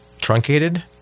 Truncated